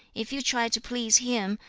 if you try to please him,